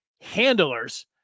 handlers